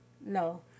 No